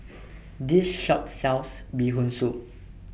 This Shop sells Bee Hoon Soup